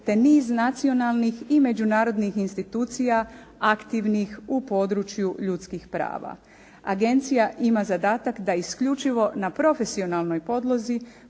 te niz nacionalnih i međunarodnih institucija aktivnih u području ljudskih prava. Agencija ima zadatak da isključivo na profesionalnoj podlozi